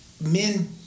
men